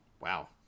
Wow